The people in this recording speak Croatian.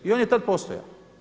I on je tad postojao.